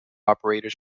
operators